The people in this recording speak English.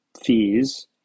fees